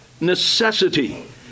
necessity